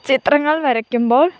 ചിത്രങ്ങൾ വരയ്ക്കുമ്പോൾ